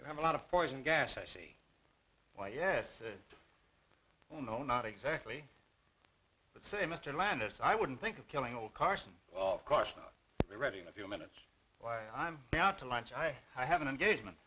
you have a lot of poison gas i see why yes well no not exactly but say mr landis i wouldn't think of killing all carson well of course not reading a few minutes why i'm out to lunch i i have an engagement